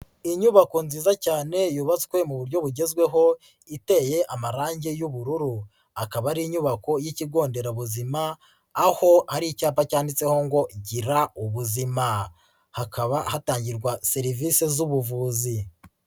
Inyubako nziza cyane yubatswe mu buryo bugezweho iteye amarange y'ubururu, akaba ari inyubako y'ikigo nderabuzima aho hari icyapa cyanditseho ngo gira ubuzima, hakaba hatangirwa serivise z'ubuvuzi.